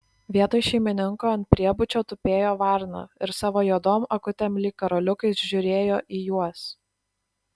vietoj šeimininko ant priebučio tupėjo varna ir savo juodom akutėm lyg karoliukais žiūrėjo į juos